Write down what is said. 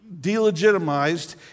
delegitimized